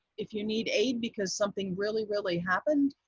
if you need aid because something really, really happened,